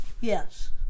Yes